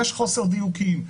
יש חוסר דיוקים,